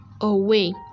away